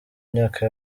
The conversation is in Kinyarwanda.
myaka